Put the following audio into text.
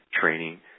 training